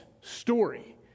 story